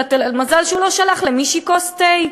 מזל שהוא לא שלח למישהי כוס תה.